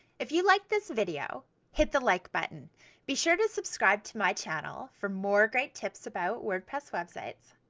if you like this video hit the like button be sure to subscribe to my channel for more great tips about wordpress websites.